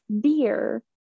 beer